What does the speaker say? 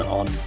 on